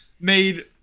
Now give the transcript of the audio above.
made